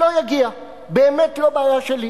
שלא יגיע, באמת לא בעיה שלי.